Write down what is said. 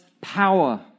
power